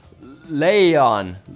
Leon